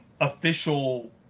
official